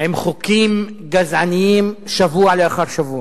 עם חוקים גזעניים שבוע אחר שבוע.